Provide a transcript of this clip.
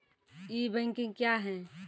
ई banking क्या हैं?